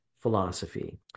philosophy